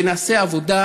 ונעשה עבודה,